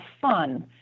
fun